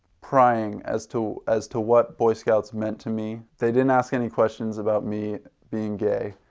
prying as to as to what boy scouts meant to me. they didn't ask any questions about me being gay.